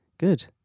good